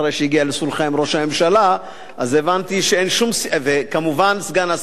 כבר אומר בפתח דברי שהסכמתי לשנות את הצעת החוק הזו ולהפוך אותה להצעה